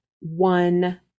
one